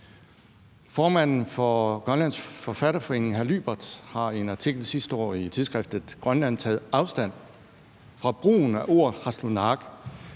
Formanden for Den Grønlandske Forfatterforening, Juaaka Lyberth, har i en artikel fra sidste år i Tidsskriftet Grønland taget afstand fra brugen af ordet qallunaaq,